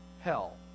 Hell